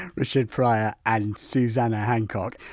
ah richard prior and susanna hancock.